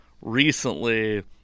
recently